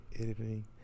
editing